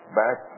back